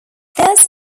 this